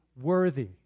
worthy